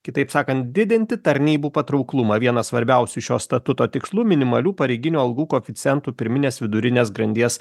kitaip sakant didinti tarnybų patrauklumą vienas svarbiausių šio statuto tikslų minimalių pareiginių algų koeficientų pirminės vidurinės grandies